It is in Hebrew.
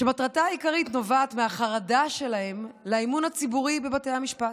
שמטרתה העיקרית נובעת מהחרדה שלהם לאמון הציבורי בבתי המשפט.